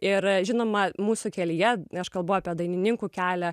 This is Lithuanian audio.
ir žinoma mūsų kelyje aš kalbu apie dainininkų kelią